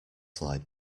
slide